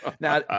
Now